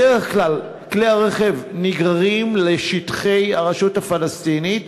בדרך כלל כלי הרכב נגררים לשטחי הרשות הפלסטינית